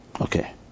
Okay